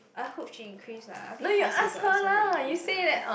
I hope she increase lah I a bit paiseh to ask her to increase lah